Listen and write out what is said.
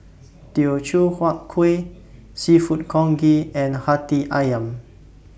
Teochew Huat Kueh Seafood Congee and Hati Ayam